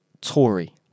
Tory